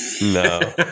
No